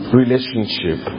relationship